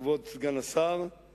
כבוד סגן השר,